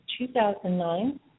2009